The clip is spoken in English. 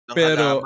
pero